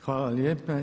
Hvala lijepa.